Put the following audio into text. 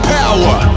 power